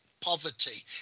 poverty